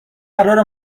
قرار